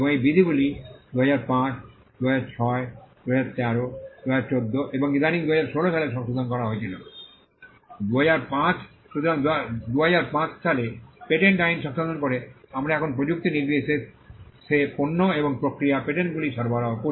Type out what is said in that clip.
এই বিধিগুলি 2005 2006 2013 2014 এবং ইদানীং 2016 সালে সংশোধন করা হয়েছিল 2005 সুতরাং 2005 সালে পেটেন্ট আইন সংশোধন করে আমরা এখন প্রযুক্তি নির্বিশেষে পণ্য এবং প্রক্রিয়া পেটেন্টগুলি সরবরাহ করি